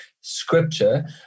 scripture